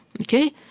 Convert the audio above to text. okay